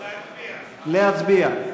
להצביע.